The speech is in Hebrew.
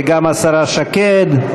וגם השרה שקד,